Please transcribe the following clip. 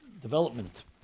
development